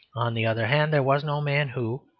on the other hand there was no man who,